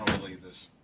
believe this.